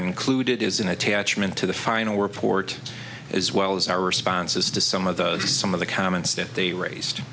included is an attachment to the final report as well as our responses to some of the some of the comments that they raised